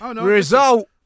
result